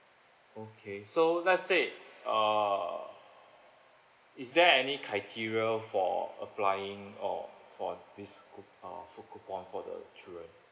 okay so let's say uh is there any criteria for applying or for this uh food coupon for the children